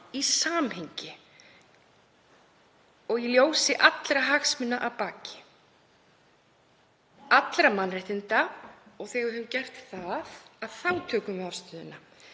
í samhengi og í ljósi allra hagsmuna að baki, allra mannréttinda. Þegar við höfum gert það tökum við afstöðu.